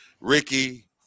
Ricky